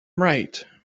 right